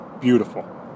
beautiful